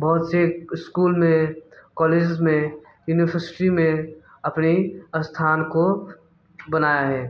बहुत से स्कूल में कॉलेजेस में यूनिवर्सिसटी में अपने स्थान को बनाया है